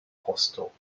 hostel